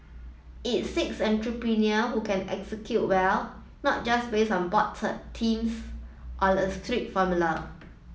it seeks entrepreneur who can execute well not just based on broad themes or a strict formula